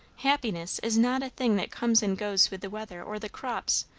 happiness is not a thing that comes and goes with the weather, or the crops,